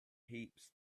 heaps